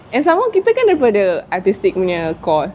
and some more kita kan daripada artistic punya course